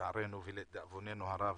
לצערנו ולדאבוננו הרב,